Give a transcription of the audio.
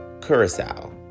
Curacao